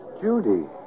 Judy